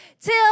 till